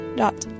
dot